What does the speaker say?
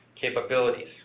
capabilities